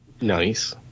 Nice